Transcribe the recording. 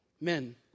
Men